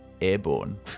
airborne